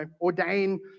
ordain